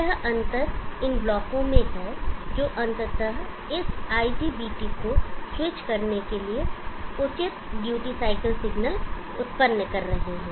यहां अंतर इन ब्लॉकों में है जो अंततः इस आईजीबीटी को स्विच करने के लिए उचित ड्यूटी साइकिल सिग्नल उत्पन्न कर रहे हैं